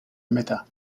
metà